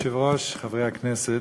אדוני היושב-ראש, חברי הכנסת,